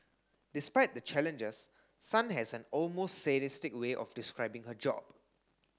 despite the challenges Sun has an almost sadistic way of describing her job